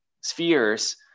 spheres